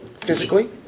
physically